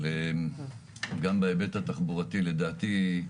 אבל גם בהיבט התחבורתי, לדעתי,